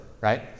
right